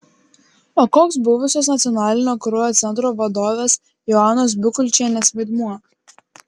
o koks buvusios nacionalinio kraujo centro vadovės joanos bikulčienės vaidmuo